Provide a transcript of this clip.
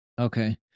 Okay